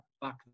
back